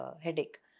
headache